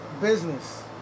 business